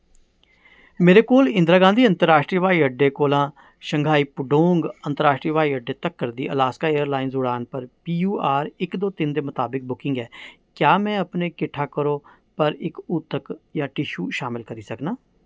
मेरे कोल इंदिरा गांधी अंतर राश्ट्री हवाई अड्डा कोला शंघाई पूडोंग अंतर राश्ट्री हवाई अड्डा तक्कर दी अलास्का एयरलाइंस उड़ान पर पी क्यू आर इक दो तिन दे मताबक बुकिंग ऐ क्या में अपने किट्ठा करो पर इक ऊतक जां टिशु शामल करी सकनां